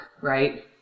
Right